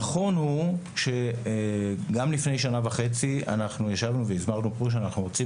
נכון שגם לפני שנה וחצי ישבנו והסברנו פה שאנחנו רוצים